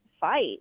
fight